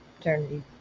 eternity